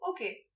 Okay